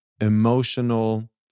emotional